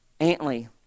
Antley